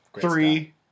Three